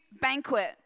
banquet